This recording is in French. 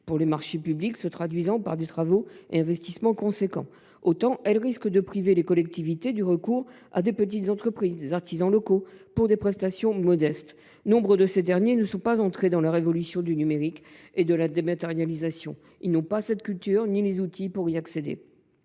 pour des marchés publics se traduisant par des travaux et investissements considérables, autant elle risque de priver les collectivités du recours à de petites entreprises et artisans locaux pour des prestations modestes. Nombre de ces derniers ne sont pas entrés dans la révolution du numérique et de la dématérialisation. Ils n’ont pas cette culture ni les outils pour y accéder.